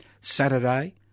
Saturday